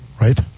right